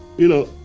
you know,